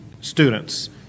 students